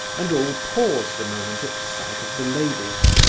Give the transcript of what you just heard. and all paused a moment at sight of the ladies.